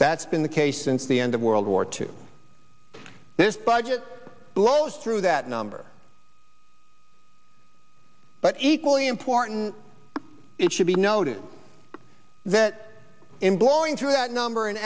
that's been the case since the end of world war two this budget blows through that number but equally important it should be noted that in blowing through that number an